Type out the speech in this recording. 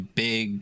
big